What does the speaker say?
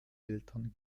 eltern